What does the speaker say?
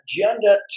agenda